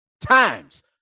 times